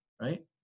right